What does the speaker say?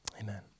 Amen